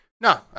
No